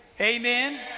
amen